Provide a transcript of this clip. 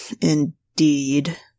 Indeed